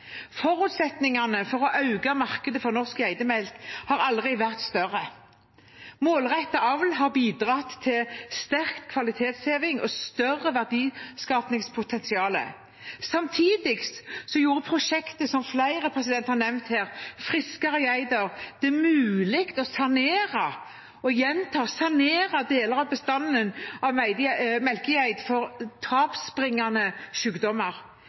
Forutsetningene for å øke markedet for norsk geitemelk har aldri vært større. Målrettet avl har bidratt til sterk kvalitetsheving og større verdiskapingspotensial. Samtidig gjorde prosjektet Friskere geiter, som flere har nevnt her, det mulig å sanere deler av bestanden av melkegeiter for tapsbringende sykdommer. Friskere dyr, friskere geiter, har lagt grunnlag for